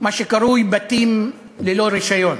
מה שקרוי "בתים ללא רישיון",